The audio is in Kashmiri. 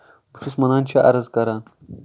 بہٕ چھُس مَنان شاہ عرض کران